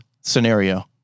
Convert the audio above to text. scenario